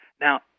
Now